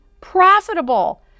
profitable